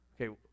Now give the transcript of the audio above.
okay